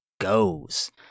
goes